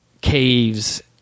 caves